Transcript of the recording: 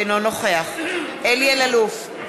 אינו נוכח אלי אלאלוף,